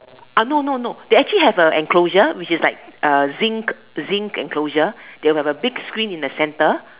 ah no no no they actually have a enclosure which is like uh zinc zinc enclosure they will have a big screen in the centre